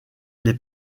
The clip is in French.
les